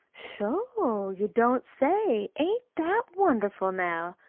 sho, you don't say! ain't that wonderful, now?